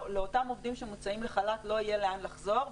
לאותם עובדים שמוצאים לחל"ת לא יהיה לאן לחזור,